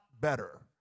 better